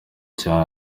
cyane